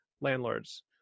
landlords